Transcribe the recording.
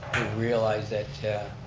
realize that